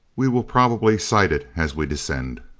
we will probably sight it as we descend.